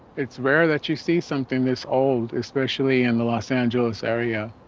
it's rare that you see something this old, especially in the los angeles area.